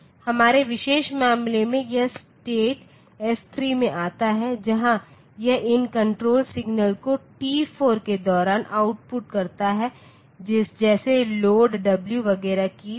हमारे विशेष मामले में यह स्टेट s3 में आता है जहां यह इन कण्ट्रोल सिग्नल को टी 4 के दौरान आउटपुट करता है जैसे लोड w वगैरह की तरह